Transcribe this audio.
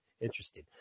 interesting